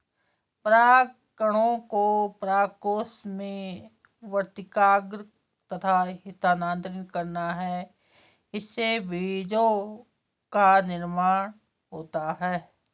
परागकणों को परागकोश से वर्तिकाग्र तक स्थानांतरित करना है, इससे बीजो का निर्माण होता है